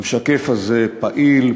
המשקף הזה פעיל,